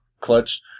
clutch